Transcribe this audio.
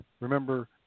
Remember